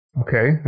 Okay